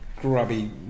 grubby